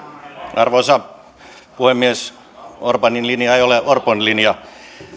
arvoisa puhemies orbanin linja ei ole orpon linja